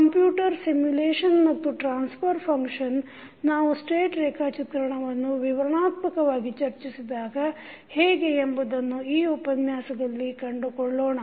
computer simulation ಮತ್ತು transfer function ನಾವು state ರೇಖಾಚಿತ್ರವನ್ನು ವಿವರಣಾತ್ಮಕವಾಗಿ ಚರ್ಚಿಸಿದಾಗ ಹೇಗೆ ಎಂಬುದನ್ನು ಈ ಉಪನ್ಯಾಸದಲ್ಲಿ ಕಂಡುಕೊಳ್ಳೋಣ